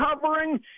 covering